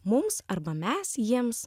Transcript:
mums arba mes jiems